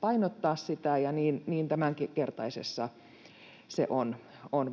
painottaa sitä, ja se on